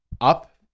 up